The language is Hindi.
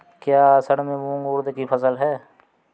क्या असड़ में मूंग उर्द कि फसल है?